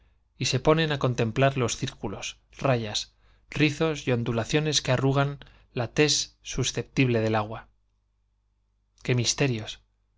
y se ponen á contemplar rizos y ondulaciones que arrugan la tez susceptible del agua qué misterios